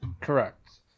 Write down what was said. correct